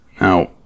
Now